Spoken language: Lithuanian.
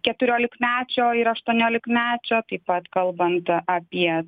keturiolikmečio ir aštuoniolkmečio taip pat kalbant apie